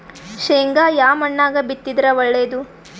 ಶೇಂಗಾ ಯಾ ಮಣ್ಣಾಗ ಬಿತ್ತಿದರ ಒಳ್ಳೇದು?